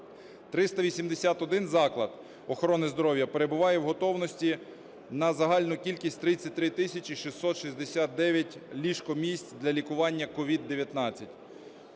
381 заклад охорони здоров'я перебуває в готовності на загальну кількість 33 тисячі 669 ліжко-місць для лікування COVID-19.